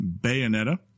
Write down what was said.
Bayonetta